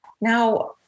Now